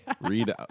Read